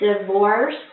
divorce